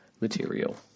material